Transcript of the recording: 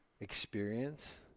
experience